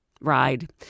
ride